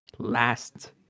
Last